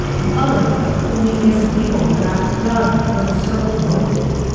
the other only makes illegal the act done with a certain motive.